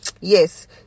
Yes